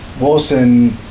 Wilson